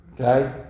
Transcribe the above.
okay